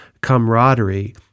camaraderie